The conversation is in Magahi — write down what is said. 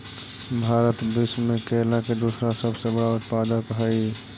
भारत विश्व में केला के दूसरा सबसे बड़ा उत्पादक हई